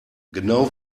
genau